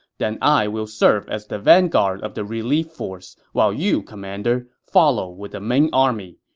then i will serve as the vanguard of the relief force, while you, commander, follow with the main army.